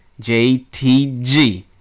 JTG